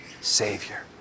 Savior